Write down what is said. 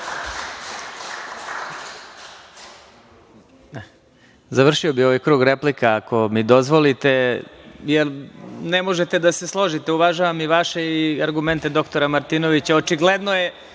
bih ovaj krug replika, ako mi dozvolite, jer ne možete da se složite. Uvažavam i vaše i argumente dr Martinovića. Očigledno je,